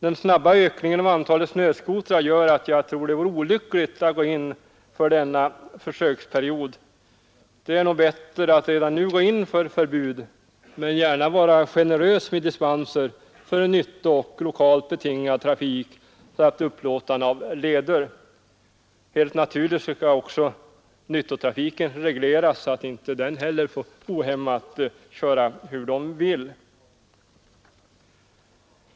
Den snabba ökningen av antalet snöskotrar gör att jag tror att det vore olyckligt med denna försöksperiod. Det är nog bättre att redan nu gå in för förbud men gärna vara generös med dispenser för nyttooch lokalt betingad trafik samt upplåtande av leder. Helt naturligt skall också nyttotrafiken regleras så att inte den heller får ohämmat gå fram var som helst.